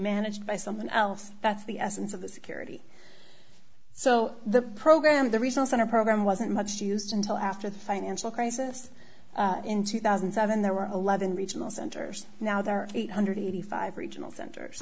managed by someone else that's the essence of the security so the program the results on our program wasn't much used until after the financial crisis in two thousand and seven there were eleven regional centers now there are eight hundred and eighty five regional centers